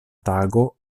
tago